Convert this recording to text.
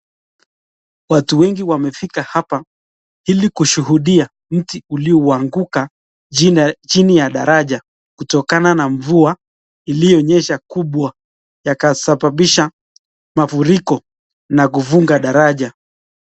Watu wengi wamefika hapa ili kushuhudia mti uliouanguka chini ya daraja kutokana na mvua ilionyesha kubwa yakasababisha mafuriko na kufunga daraja.